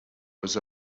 was